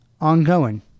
ongoing